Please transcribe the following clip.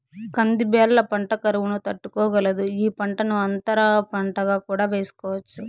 కంది బ్యాళ్ళ పంట కరువును తట్టుకోగలదు, ఈ పంటను అంతర పంటగా కూడా వేసుకోవచ్చు